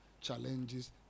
challenges